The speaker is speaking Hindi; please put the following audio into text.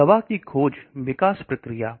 तो दवा की खोज विकास प्रक्रिया